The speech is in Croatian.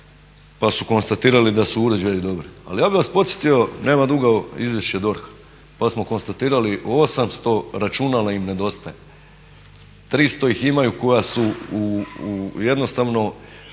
pa su konstatirali da su uređaji dobri. Ali ja bi vas podsjetio, nema dugo izvješće DORH-a pa smo konstatirali 800 računala im nedostaje, 300 ih imaju koja su jednostavno